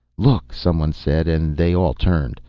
look someone said, and they all turned.